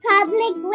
Public